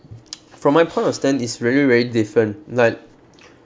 from my point of stand is really very different like